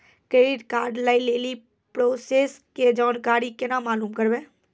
Credit card लय लेली process के जानकारी केना मालूम करबै?